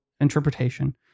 interpretation